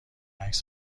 عکس